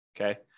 Okay